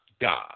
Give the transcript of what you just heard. God